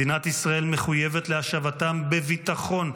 מדינת ישראל מחויבת להשבתם בביטחון,